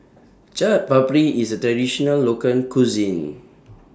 Chaat Papri IS A Traditional Local Cuisine